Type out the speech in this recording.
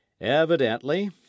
evidently